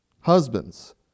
Husbands